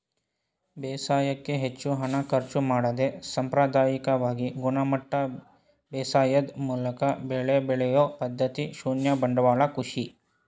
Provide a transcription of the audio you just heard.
ಬೇಸಾಯಕ್ಕೆ ಹೆಚ್ಚು ಹಣ ಖರ್ಚು ಮಾಡದೆ ಸಾಂಪ್ರದಾಯಿಕವಾಗಿ ಗುಣಮಟ್ಟ ಬೇಸಾಯದ್ ಮೂಲಕ ಬೆಳೆ ಬೆಳೆಯೊ ಪದ್ಧತಿ ಶೂನ್ಯ ಬಂಡವಾಳ ಕೃಷಿ